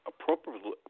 appropriately